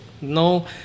No